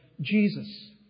Jesus